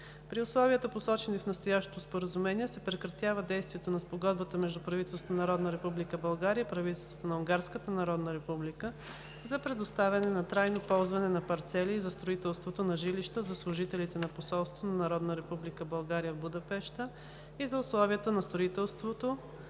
При условията, посочени в настоящото споразумение, се прекратява действието на Спогодбата между правителството на Народна република България и правителството на Унгарската народна република за предоставяне на трайно ползване на парцели и за строителството на жилища за служителите на Посолството на Народна република България в Будапеща и за условията на строителство,